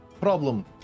Problem